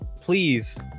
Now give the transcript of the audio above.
please